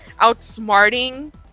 outsmarting